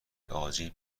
آجیل